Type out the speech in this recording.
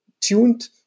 tuned